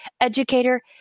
educator